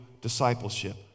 discipleship